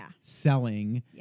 selling